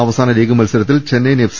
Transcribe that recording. അവസാന ലീഗ് മത്സരത്തിൽ ചെന്നൈയിൻ എഫ്